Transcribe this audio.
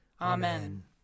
Amen